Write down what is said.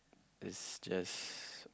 is just